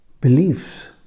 beliefs